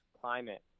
climate